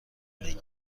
بگیر